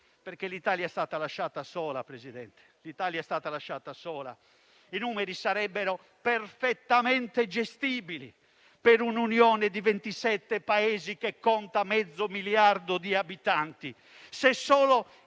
perché l'Italia è stata lasciata sola, signor Presidente. I numeri sarebbero perfettamente gestibili per un'Unione di 27 Paesi che conta mezzo miliardo di abitanti,